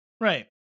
Right